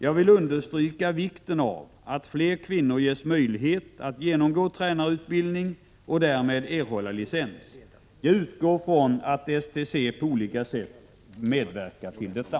Jag vill understryka vikten av att fler kvinnor ges möjlighet att genomgå tränarutbildning och därmed erhålla licens. Jag utgår från att STC på olika sätt medverkar till detta.